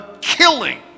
killing